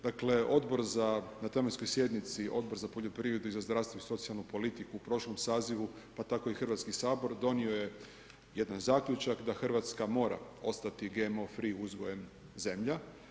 Dakle, Odbor za, na tematskoj sjednici Odbor za poljoprivredu i za zdravstvo i socijalnu politiku u prošlom sazivu, pa tako i Hrvatski sabor, donio je jedan zaključak, da Hrvatska mora ostati GMO free uzgojem zemlja.